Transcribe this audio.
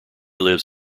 lives